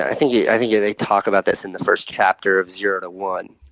i think i think they talk about this in the first chapter of zero to one.